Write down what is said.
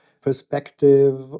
perspective